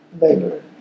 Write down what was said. labor